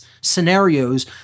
scenarios